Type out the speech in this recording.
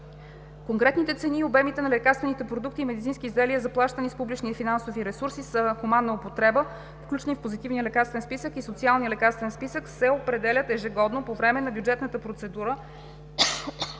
Конкретните цени и обемите на лекарствени продукти и медицински изделия, заплащани с публични финансови ресурси за хуманна употреба, включени в Позитивния лекарствен списък и Социалния лекарствен списък, се определят ежегодно по време на бюджетната процедура